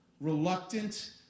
reluctant